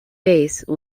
base